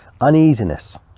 uneasiness